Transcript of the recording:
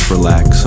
relax